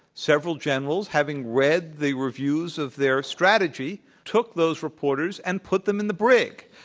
several generals having read the reviews of their strategy, took those reporters and put them in the brig.